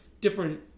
different